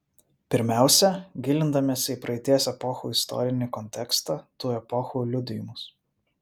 pirmiausia gilindamiesi į praeities epochų istorinį kontekstą tų epochų liudijimus